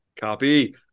Copy